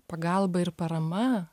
pagalba ir parama